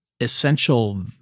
essential